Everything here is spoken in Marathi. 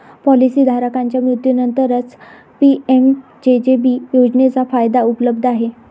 पॉलिसी धारकाच्या मृत्यूनंतरच पी.एम.जे.जे.बी योजनेचा फायदा उपलब्ध आहे